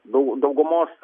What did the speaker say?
dau daugumos